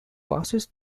passes